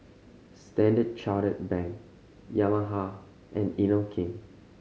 Standard Chartered Bank Yamaha and Inokim